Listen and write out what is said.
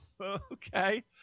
Okay